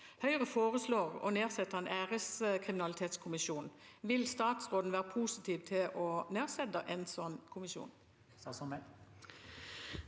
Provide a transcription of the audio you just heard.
Høyre foreslår å nedsette en æreskriminalitetskommisjon. Vil statsråden være positiv til å nedsette en sånn kommisjon?